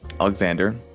Alexander